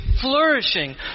flourishing